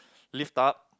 lift up